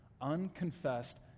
Unconfessed